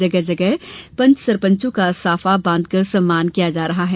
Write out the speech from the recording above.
जगह जगह पंच सरपंचों का साफा बांधकर सम्मान किया जा रहा है